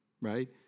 right